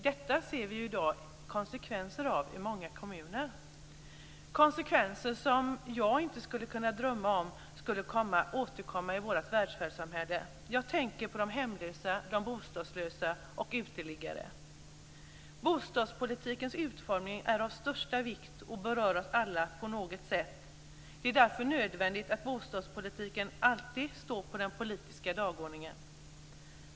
Detta ser vi i dag konsekvenserna av i många kommuner, konsekvenser som jag inte kunde drömma om skulle återkomma i vårt välfärdssamhälle. Jag tänker på de hemlösa, de bostadslösa och uteliggare. Bostadspolitikens utformning är av största vikt och berör oss alla på något sätt. Det är därför nödvändigt att bostadspolitiken alltid står på den politiska dagordningen.